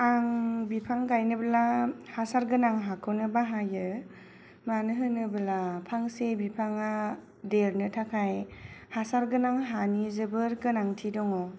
आं बिफां गायनोब्ला हासार गोनां हाखौनो बाहायो मानो होनोबोला फांसे बिफाङा देरनो थाखाय हासार गोनां हानि जोबोर गोनांथि दङ